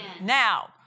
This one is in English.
Now